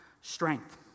strength